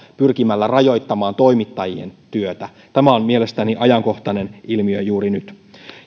pyrkimällä rajoittamaan toimittajien työtä tämä on mielestäni ajankohtainen ilmiö juuri nyt